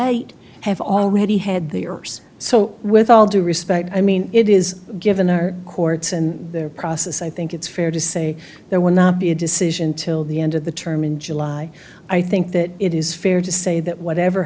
eight have already had the erse so with all due respect i mean it is given our courts and their process i think it's fair to say there will not be a decision till the end of the term in july i think that it is fair to say that whatever